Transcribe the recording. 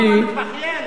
אתה עוד מתבכיין?